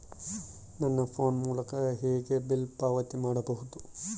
ನನ್ನ ಫೋನ್ ಮೂಲಕ ಹೇಗೆ ಬಿಲ್ ಪಾವತಿ ಮಾಡಬಹುದು?